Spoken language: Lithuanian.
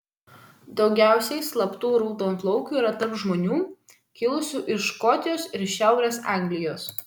daugiausiai slaptų raudonplaukių yra tarp žmonių kilusių iš škotijos ir šiaurės anglijos